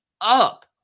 up